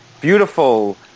beautiful